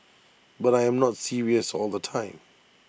but I am not serious all the time